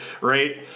Right